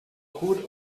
gut